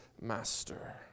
master